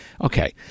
Okay